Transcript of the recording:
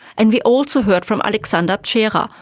and we also heard from alexander pschera,